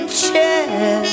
chair